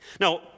Now